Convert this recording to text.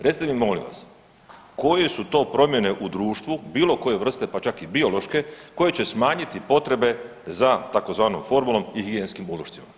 Recite mi molim vas, koje su to promjene u društvu, bilo koje vrste, pa čak i biološke koje će smanjiti potrebe za tzv. formulom i higijenskim ulošcima?